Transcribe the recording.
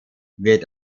wird